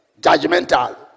Judgmental